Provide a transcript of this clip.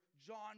John